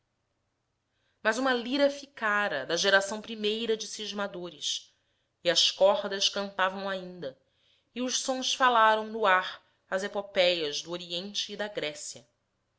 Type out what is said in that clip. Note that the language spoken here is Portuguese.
mas uma lira ficara da geração primeira de cismadores e as cordas cantavam ainda e os sons falaram no ar as epopéias do oriente e da grécia